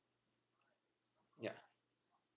ya